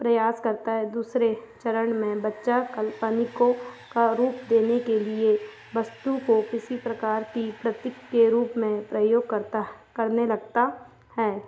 प्रयास करता है दूसरे चरण में बच्चा काल्पनिकों का रूप देने के लिए वस्तु को किसी प्रकार प्रतीक के रूप में प्रयोग करता है करने लगता है